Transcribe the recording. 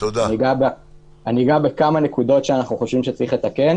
אני אגע בכמה נקודות שאנחנו חושבים שצריך לתקן.